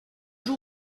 jour